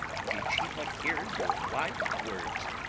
did she but hear your wild words.